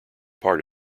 part